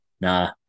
Nah